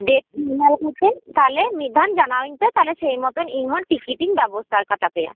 date ᱧᱮᱞ ᱠᱟᱛᱮᱫ ᱛᱟᱦᱞᱮ ᱢᱤᱫᱫᱷᱟᱣ ᱡᱟᱱᱟᱣᱟᱹᱧ ᱯᱮ ᱛᱟᱦᱞᱮ ᱥᱮᱭ ᱢᱚᱛᱚᱱ ᱤᱧᱦᱚᱸ ᱴᱤᱠᱤᱴ ᱤᱧ ᱵᱮᱵᱚᱥᱛᱷᱟ ᱠᱟᱛᱟᱯᱮᱭᱟ